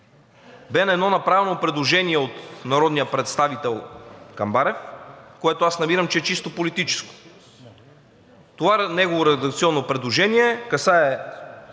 бе на едно направено предложение от народния представител Камбарев, което аз намирам, че е чисто политическо. Това негово редакционно предложение касае